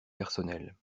personnelles